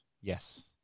Yes